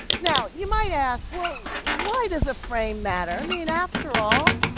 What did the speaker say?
now you might ask, well why does a frame matter i mean, after all,